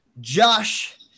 Josh